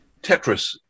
Tetris